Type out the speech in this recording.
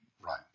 Right